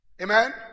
Amen